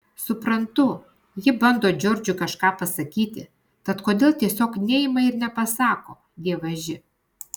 suprantu ji bando džordžui kažką pasakyti tad kodėl tiesiog neima ir nepasako dievaži